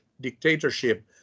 dictatorship